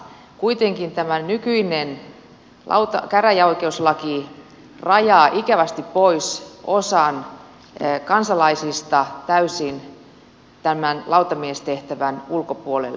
kuitenkin tämä nykyinen käräjäoikeuslaki rajaa ikävästi pois osan kansalaisista täysin tämän lautamiestehtävän ulkopuolelle